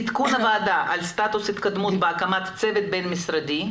עדכון הוועדה על סטטוס התקדמות בהקמת צוות בין-משרדי,